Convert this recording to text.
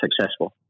successful